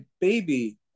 baby